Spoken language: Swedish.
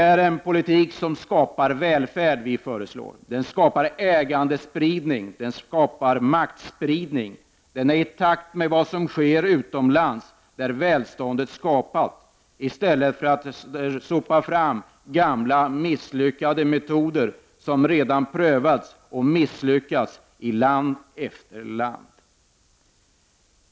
Den politik som vi föreslår skapar välfärd, ägandespridning och maktspridning. Den är i takt med vad som sker utomlands, där man skapar välstånd i stället för att sopa fram gamla metoder som redan prövats och misslyckats i land efter land.